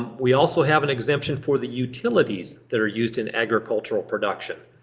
we also have an exemption for the utilities that are used in agricultural production.